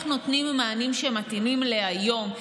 איך נותנים מענים שמתאימים להיום,